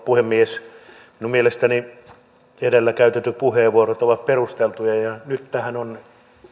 puhemies minun mielestäni edellä käytetyt puheenvuorot ovat perusteltuja ja nyt tämähän on